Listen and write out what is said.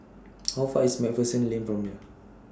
How Far IS MacPherson Lane from here